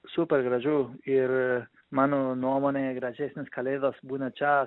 super gražu ir mano nuomonė gražesnės kalėdos būna čia